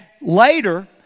later